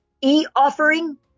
E-offering